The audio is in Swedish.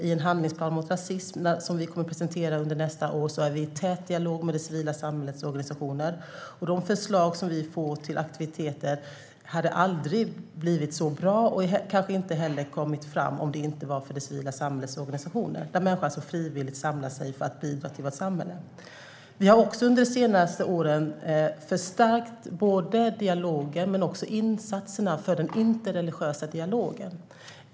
I en handlingsplan mot rasism som vi kommer att presentera under nästa år har vi en tät dialog med det civila samhällets organisationer. De förslag till aktiviteter som vi får hade aldrig blivit så bra och hade kanske heller inte kommit fram om det inte hade varit för det civila samhällets organisationer, där människor frivilligt samlas för att bidra till vårt samhälle. Under de senaste åren har vi förstärkt insatserna för den interreligiösa dialogen.